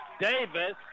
Davis